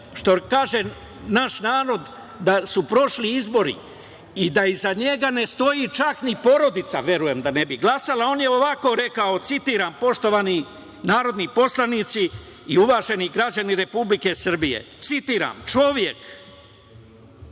što kaže naš narod, da su prošli izbori i da iza njega ne stoji čak ni porodica, verujem da ni ona ne bi glasala, on je ovako rekao, citiram, poštovani narodni poslanici i uvaženi građani Republike Srbije, čovek